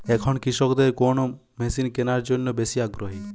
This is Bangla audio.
এখন কৃষকদের কোন মেশিন কেনার জন্য বেশি আগ্রহী?